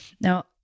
Now